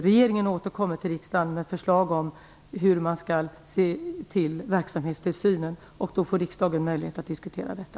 Regeringen återkommer till riksdagen med förslag om hur man skall se över verksamhetstillsynen. Då får riksdagen möjlighet att diskutera detta.